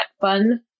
fun